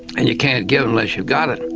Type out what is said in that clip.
and you can't give unless you've got it.